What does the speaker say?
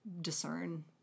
discern